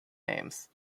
names